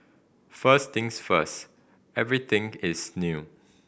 first things first everything is new